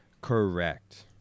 Correct